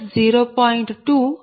20